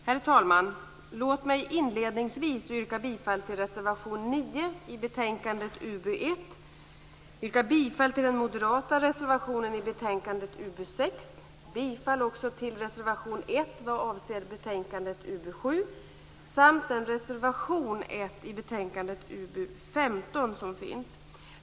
Herr talman! Låt mig inledningsvis yrka bifall till reservation 9 i betänkandet UbU1, till den moderata reservationen i betänkandet UbU6, till reservation 1 vad avser betänkandet UbU7 samt reservation 1 i betänkandet UbU15.